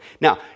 now